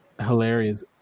Hilarious